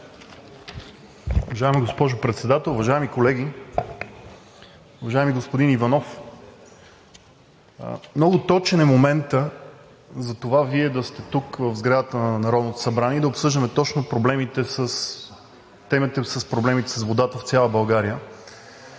Уважаема госпожо Председател, уважаеми колеги! Уважаеми господин Иванов, много точен е моментът за това Вие да сте тук, в сградата на Народното събрание, и да обсъждаме точно темата за проблемите с водата в цяла България.